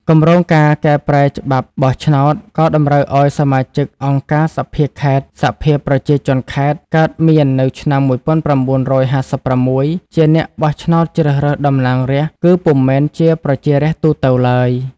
គម្រោងការកែប្រែច្បាប់បោះឆ្នោត ក៏តម្រូវឱ្យសមាជិកអង្គការសភាខេត្ត សភាប្រជាជនខេត្ត កើតមាននៅឆ្នាំ ១៩៥៦ ជាអ្នកបោះឆ្នោតជ្រើសរើសតំណាងរាស្ត្រ គឺពុំមែនប្រជារាស្ត្រទូទៅឡើយ។